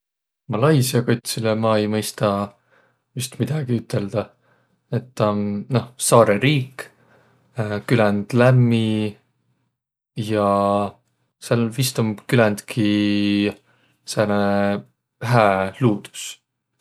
Malaisia kotsilõ ma ei mõistaq vist midägi üteldäq. Et taa om, noh, saarõriik, küländ lämmi ja sääl vist om küländki sääne hää luudus.